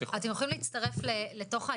אני רק אגיד שאתם יכולים להצטרף ולקבל את העדכונים,